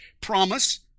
promise